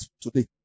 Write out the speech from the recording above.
today